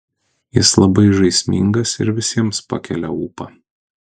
jis labai žaismingas ir visiems pakelia ūpą